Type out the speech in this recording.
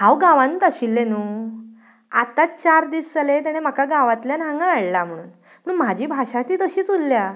हांव गांवांनूच आशिल्लें न्हू आतांच चार दीस जाले ताणें म्हाका गांवांतल्यान हांगा हाडलां म्हणून म्हूण म्हजी भाशी ती तशीच उरल्या